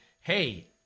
Hey